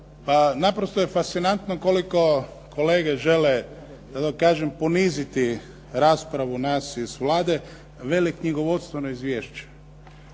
naprosto je fascinantno koliko kolege žele, da tako kažem, poniziti raspravu nas iz Vlade, veli knjigovodstveno izvješće.